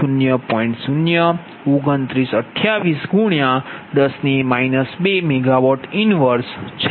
002928×10 2MW 1છે